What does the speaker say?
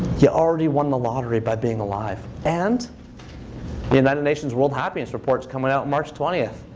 you already won the lottery by being alive. and the united nations world happiness report's coming out march twentieth.